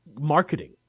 marketing